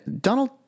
donald